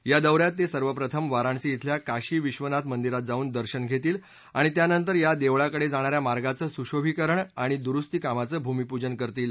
या दौन्यात ते सर्वप्रथम वाराणसी धिल्या काशीविधनाथ मंदिरात जाऊन दर्शन घेतील आणि त्यानंतर या देवळाकडे जाणाऱ्या मार्गाचं सुशोभिकरण आणि दुरुस्तीकामाचं भूमीपूजन करतील